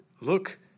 look